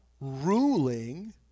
ruling